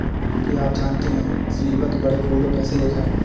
क्या आप जानते है स्रीवत बड़े फूलों में से एक है